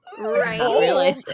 right